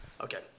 Okay